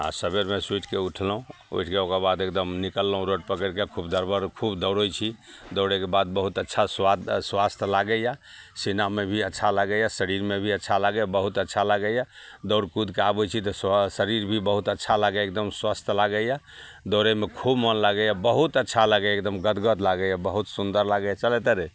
आज सबेरमे सुतिके उठलहुँ उठिके ओकरबाद एगदम निकललहुँ रोड पकड़िके खूब दरबर खूब दौड़ै छी दौड़ैके बाद बहुत अच्छा सुआद अँ स्वास्थ्य लागैए सीनामे भी अच्छा लागैए शरीरमे भी अच्छा लागैए बहुत अच्छा लागैए दौड़ कुदिके आबै छी से शरीर भी बहुत अच्छा लागैए एगदम स्वस्थ लागैए दौड़ैमे खूब मोन लागैए बहुत अच्छा लागैए एगदम गदगद लागैए बहुत सुन्दर लागैए चल एतए रे